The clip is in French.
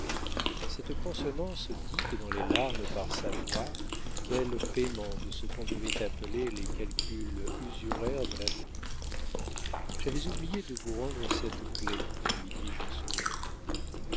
cette consonnance dite dans les larmes par sa voix quel paiement de ce qu'on devrait appeler les calculs usuraires de l'amour j'avais oublié de vous rendre cette clef lui dis-je en souriant